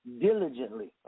Diligently